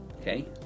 okay